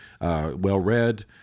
well-read